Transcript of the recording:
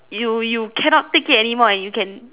you you cannot take it anymore you can